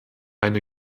eine